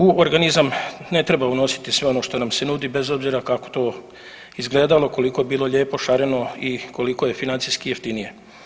U organizam ne treba unositi sve ono što nam se nudi bez obzira kako to izgledalo, koliko bilo lijepo, šareno i koliko je financijski jeftinije.